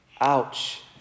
Ouch